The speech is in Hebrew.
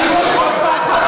השימוש בפחד,